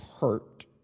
hurt